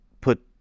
put